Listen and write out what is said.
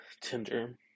Tinder